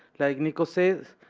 like nicko says,